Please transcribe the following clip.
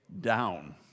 down